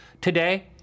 today